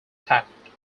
tapped